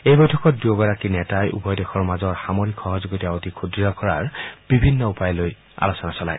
এই বৈঠকত দুয়োগৰাকী নেতাই উভয় দেশৰ মাজৰ সামৰিক সহযোগিতা অধিক সুদঢ় কৰাৰ বিভিন্ন উপায় হৈ আলোচনা চলায়